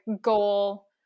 goal